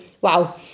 wow